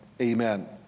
Amen